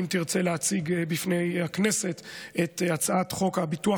אם תרצה להציג בפני הכנסת את הצעת חוק הביטוח